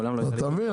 מעולם לא --- אתה מבין?